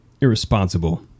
irresponsible